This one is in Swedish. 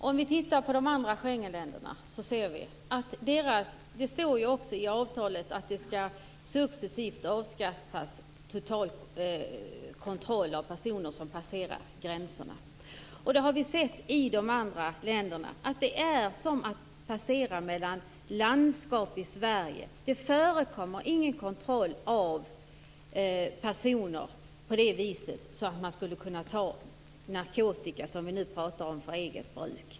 Fru talman! Det står i avtalet att total kontroll av personer som passerar gränserna successivt skall avskaffas. Och vi har ju sett hur det är när personer passerar mellan Schengenländerna. Det är som att passera mellan landskap i Sverige. Det förekommer inte någon kontroll av personer på det sättet att man skulle kunna hindra personer från att föra med sig narkotika för eget bruk.